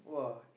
!wah!